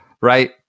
Right